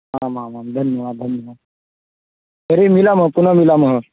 आमामां धन्यवादः धन्यवादः तर्हि मिलामः पुनः मिलामः